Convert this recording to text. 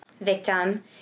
victim